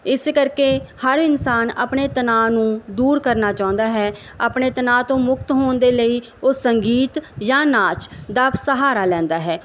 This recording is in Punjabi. ਇਸ ਕਰਕੇ ਹਰ ਇਨਸਾਨ ਆਪਣੇ ਤਣਾਅ ਨੂੰ ਦੂਰ ਕਰਨਾ ਚਾਹੁੰਦਾ ਹੈ ਆਪਣੇ ਤਣਾਅ ਤੋਂ ਮੁਕਤ ਹੋਣ ਦੇ ਲਈ ਉਹ ਸੰਗੀਤ ਜਾਂ ਨਾਚ ਦਾ ਸਹਾਰਾ ਲੈਂਦਾ ਹੈ